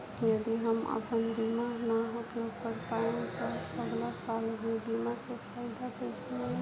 यदि हम आपन बीमा ना उपयोग कर पाएम त अगलासाल ए बीमा के फाइदा कइसे मिली?